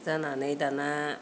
जानानै दाना